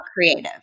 creative